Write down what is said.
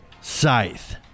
Scythe